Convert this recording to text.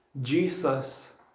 Jesus